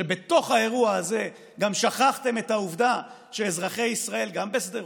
שבתוך האירוע הזה גם שכחתם את העובדה שאזרחי ישראל גם בשדרות,